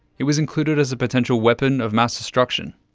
it was included as a potential weapon of mass destruction.